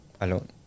alone